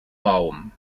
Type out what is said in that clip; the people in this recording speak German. baum